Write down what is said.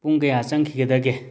ꯄꯨꯡ ꯀꯌꯥ ꯆꯪꯈꯤꯒꯗꯒꯦ